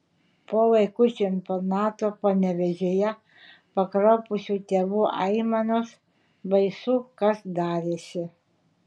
po vaikų čempionato panevėžyje pakraupusių tėvų aimanos baisu kas darėsi